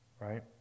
Right